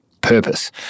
purpose